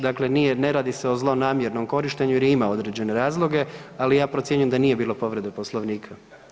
Dakle, nije, ne radi se o zlonamjernom korištenju jer je imao određene razloge, ali ja procjenjujem da nije bilo povrede Poslovnika.